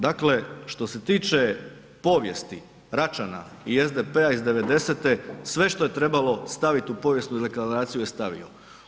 Dakle, što se tiče povijesti, Račana i SDP-a iz 90-e, sve što je trebalo staviti u povijesnu deklaraciju je stavio.